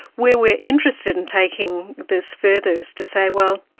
where we are interested in taking this further is to say, well,